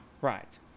Right